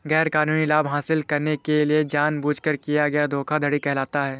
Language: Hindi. गैरकानूनी लाभ हासिल करने के लिए जानबूझकर किया गया धोखा धोखाधड़ी कहलाता है